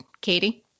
Katie